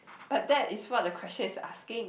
but that is what the question asking